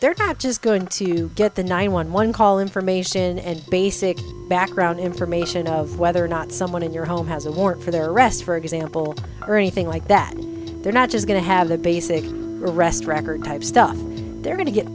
they're not just going to get the nine one one call information and basic background information of whether or not someone in your home has a warrant for their arrest for example or anything like that they're not just going to have a basic arrest record type stuff they're going to get